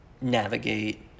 navigate